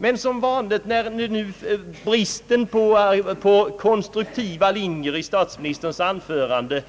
Men som vanligt när det är brist på konstruktiva linjer i statsministerns anförande